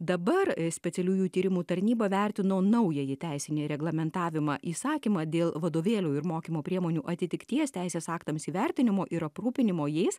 dabar specialiųjų tyrimų tarnyba vertino naująjį teisinį reglamentavimą įsakymą dėl vadovėlių ir mokymo priemonių atitikties teisės aktams įvertinimo ir aprūpinimo jais